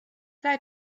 sei